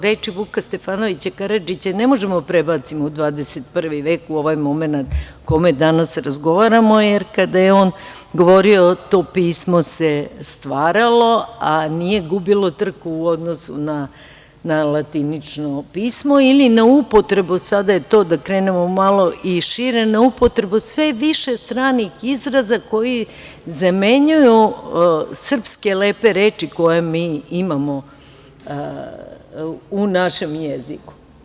Reči Vuka Stefanovića Karadžića ne možemo da prebacimo u 21. vek, u ovaj momenat u kome danas razgovaramo, jer kada je on govorio to pismo se stvaralo, a nije gubilo trku u odnosu na latinično pismu ili na upotrebu, sada da krenemo to je malo šire, na upotrebu sve više stranih izraza koji zamenjuju lepe srpske reči koje mi imamo u našem jeziku.